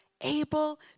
able